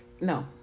no